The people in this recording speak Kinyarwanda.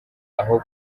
aho